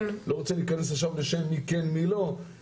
אני לא רוצה להיכנס לשמות מי כן ומי לא,